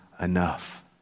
enough